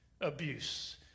abuse